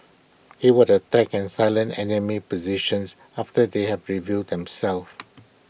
he would attack and silence enemy positions after they had revealed them self